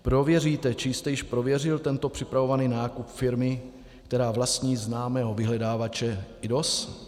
Prověříte, či jste již prověřil tento připravovaný nákup firmy, která vlastní známého vyhledávače IDOS?